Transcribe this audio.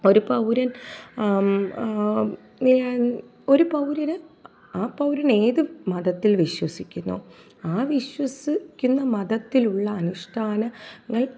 ഒരു പൗരൻ വെ ഒരു പൗരന് ആ പൗരൻ ഏത് മതത്തിൽ വിശ്വസിക്കുന്നുവോ ആ വിശ്വസിക്കുന്ന മതത്തിലുള്ള അനുഷ്ഠാനങ്ങൾ